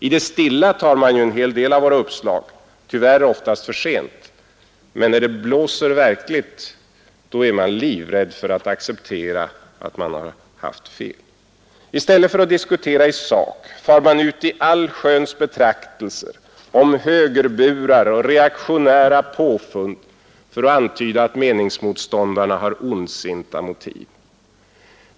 I det stilla tar man en hel del av våra uppslag, tyvärr oftast för sent, men när det blåser verkligt då är man livrädd för att acceptera att man har haft fel. I stället för att diskutera i sak far man ut i allsköns betraktelser om högerburar och reaktionära påfund för att antyda att meningsmotståndarna har ondsinta motiv.